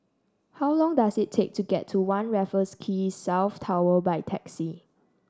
how long does it take to get to One Raffles Quay South Tower by taxi